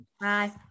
Bye